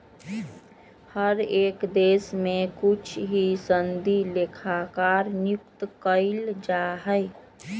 हर एक देश में कुछ ही सनदी लेखाकार नियुक्त कइल जा हई